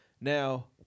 Now